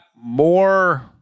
more